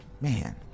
Man